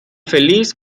feliz